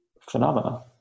phenomena